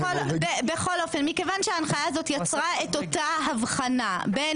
מכיוון שההנחיה הזאת יצרה את אותה הבחנה בין